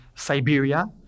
Siberia